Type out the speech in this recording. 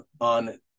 on